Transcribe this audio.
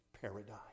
paradise